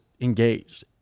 engaged